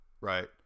right